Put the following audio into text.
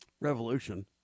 revolution